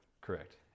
Correct